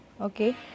Okay